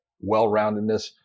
well-roundedness